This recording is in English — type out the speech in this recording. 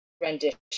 rendition